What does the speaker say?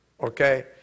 okay